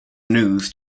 news